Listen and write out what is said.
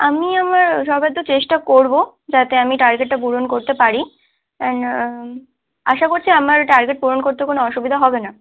আমি আমার সবটা চেষ্টা করবো যাতে আমি টার্গেটটা পূরণ করতে পারি অ্যান্ড আশা করছি আমার টার্গেট পূরণ করতে কোনো অসুবিধা হবে না